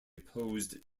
opposed